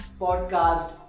podcast